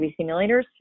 simulators